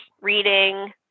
reading